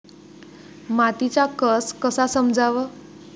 मातीचा कस कसा समजाव?